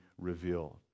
revealed